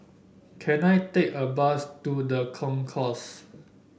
can I take a bus to The Concourse